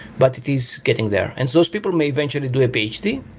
but it is getting there. and those people may eventually do a ph d.